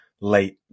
late